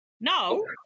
No